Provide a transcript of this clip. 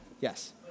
Yes